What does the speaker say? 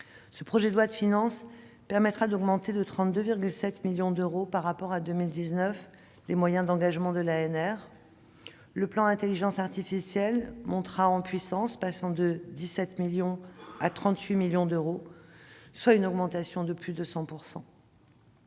Ce projet de loi de finances permettra d'augmenter de 32,7 millions d'euros par rapport à l'an dernier les moyens d'engagements de l'ANR. Le plan Intelligence artificielle montera en puissance, passant de 17 millions à 38 millions d'euros dès 2020, soit une augmentation de plus de 100 %.